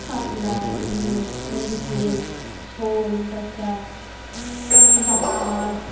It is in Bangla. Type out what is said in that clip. কাতলা রুই মৃগেল শোল কসরা বাটা মাছ